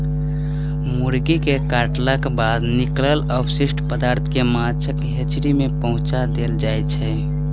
मुर्गी के काटलाक बाद निकलल अवशिष्ट पदार्थ के माछक हेचरी मे पहुँचा देल जाइत छै